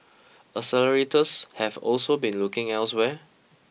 accelerators have also been looking elsewhere